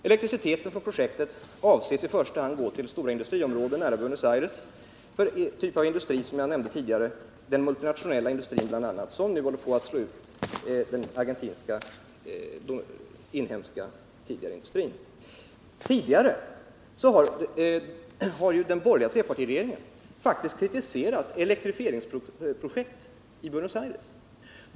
Elektriciteten från projektet avses i första hand gå till stora industriområden nära Buenos Aires, för den typ av industrier jag tidigare nämnde — bl.a. multinationella industrier, som nu håller på att slå ut den tidigare befintliga inhemska argentinska industrin. Tidigare har den borgerliga trepartiregeringen faktiskt kritiserat projekt som rört elektrifiering i Buenos Aires.